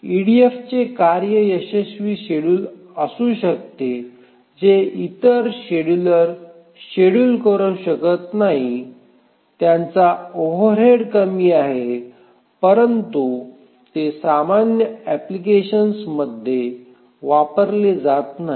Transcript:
ईडीएफचे कार्य यशस्वी शेड्यूल असू शकते जे इतर शेड्युलर शेड्युल करू शकत नाही त्याचा ओव्हरहेड कमी आहे परंतु ते सामान्य एप्लिकेशन मध्ये वापरले जात नाही